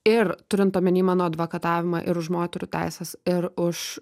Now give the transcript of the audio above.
ir turint omeny mano advokatavimą ir už moterų teises ir už